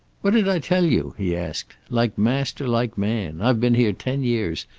what'd i tell you? he asked. like master like man. i've been here ten years,